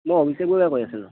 মই অভিষেক বৰুৱাই কৈ আছোঁ